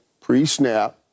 pre-snap